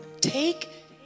take